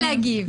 לא נגיב.